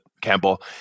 Campbell